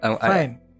Fine